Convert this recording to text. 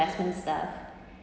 investment stuff